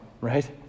right